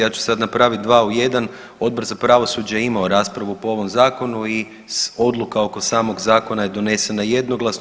Ja ću sad napraviti dva u jedan, Odbor za pravosuđe je imao raspravu po ovom Zakonu i odluka oko samog zakona je donesena jednoglasno.